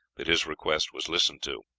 that his request was listened to.